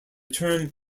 term